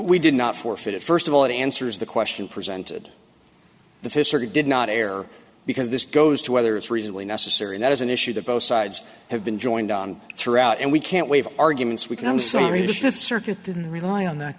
we did not forfeit it first of all it answers the question presented the fisher did not air because this goes to whether it's reasonably necessary and that is an issue that both sides have been joined on throughout and we can't waive arguments we can i'm sorry the fifth circuit didn't rely on that